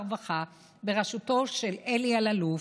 הרווחה והבריאות בראשותו של אלי אלאלוף,